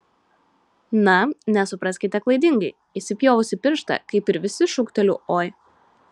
na nesupraskite klaidingai įsipjovusi pirštą kaip ir visi šūkteliu oi